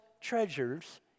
treasures